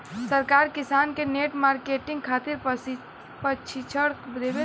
सरकार किसान के नेट मार्केटिंग खातिर प्रक्षिक्षण देबेले?